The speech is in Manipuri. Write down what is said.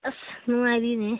ꯑꯁ ꯅꯨꯡꯉꯥꯏꯔꯤꯅꯦ